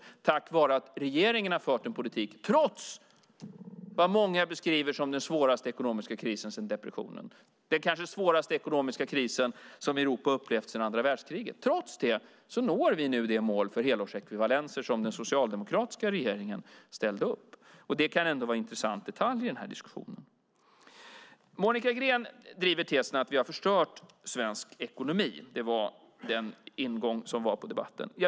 Det gör vi tack vare att regeringen har fört en politik trots den kris som många beskriver som den svåraste ekonomiska krisen sedan depressionen. Det är kanske den svåraste ekonomiska kris som Europa har upplevt sedan andra världskriget. Trots det når vi nu det mål för helårsekvivalenser som den socialdemokratiska regeringen ställde upp. Det kan vara en intressant detalj i den här diskussionen. Monica Green driver tesen att vi har förstört svensk ekonomi. Det var ingången i debatten.